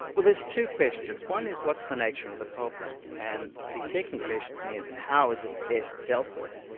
well there's two questions one is, what's the nature of the problem? and the second question is, how is it best dealt with?